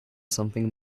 something